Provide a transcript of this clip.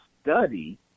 study